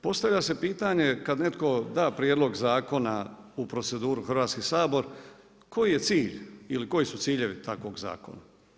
Postavlja se pitanje kada netko da prijedlog zakona u proceduru Hrvatski sabor koji je cilj ili koji su ciljevi takvog zakona.